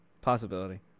possibility